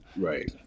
Right